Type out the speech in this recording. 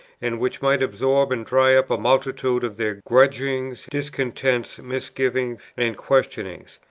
and which might absorb and dry up a multitude of their grudgings, discontents, misgivings, and questionings,